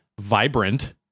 Vibrant